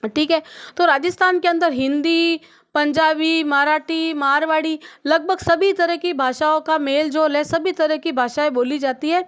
ठीक है तो राजस्थान के अंदर हिंदी पंजाबी मराठी मारवाड़ी लगभग सभी तरह की भाषाओं का मेल जो ले सभी तरह की भाषाएं बोली जाती है